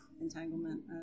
Entanglement